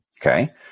Okay